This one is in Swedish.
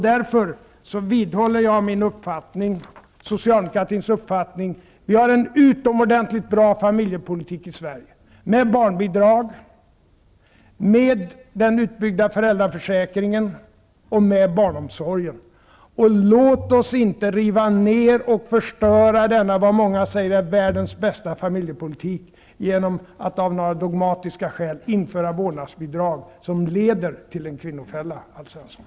Därför vidhåller jag min och Socialdemokraternas uppfattning: Vi i Sverige har en utomordentligt bra familjepolitik med barnbidrag, med utbyggd föräldraförsäkring och med barnomsorg. Låt oss inte riva ner och förstöra denna, som många säger, världens bästa familjepolitik genom att av dogmatiska skäl införa vårdnadsbidrag som leder till en kvinnofälla, Alf Svensson!